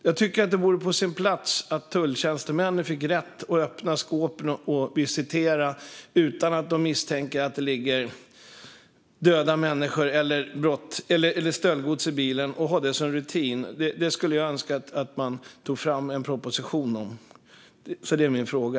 Jag tycker att det vore på sin plats att tulltjänstemännen fick rätt att öppna skåpen och visitera utan att de misstänker att det ligger döda människor eller stöldgods i bilen. De borde ha det som rutin. Jag skulle önska att man tog fram en proposition om det, så det är min fråga.